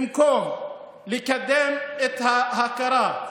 במקום לקדם את ההכרה,